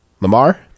Lamar